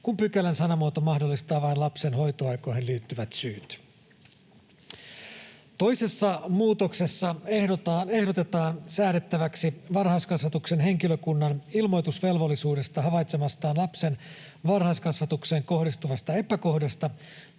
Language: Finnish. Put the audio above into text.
kun pykälän sanamuoto mahdollistaa vain lapsen hoitoaikoihin liittyvät syyt. Toisessa muutoksessa ehdotetaan säädettäväksi varhaiskasvatuksen henkilökunnan ilmoitusvelvollisuudesta havaitsemastaan lapsen varhaiskasvatukseen kohdistuvasta epäkohdasta